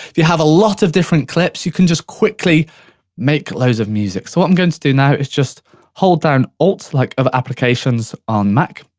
if you have a lot of different clips, you can just quickly make loads of music. so what i'm going to do now, is just hold down alt, like of applications on mac,